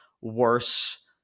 worse